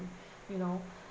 you know